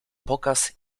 pokaz